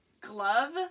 Glove